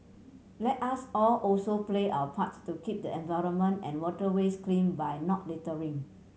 let us all also play our part to keep the environment and waterways clean by not littering